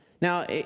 Now